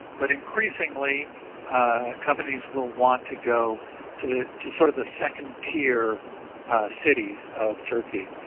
but increasingly companies will want to go to to sort of the second tier cities of turkey,